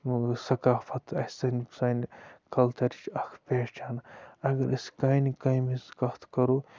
سَقافَت اَسہِ سٲنہِ سانہِ کَلچَرٕچۍ اَکھ پہچان اَگر أسۍ کانہِ کامہِ ہِنٛز کَتھ کَرو